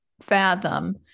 fathom